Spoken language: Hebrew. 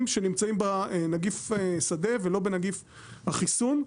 שנמצאים בנגיף שדה ולא בנגיף החיסון,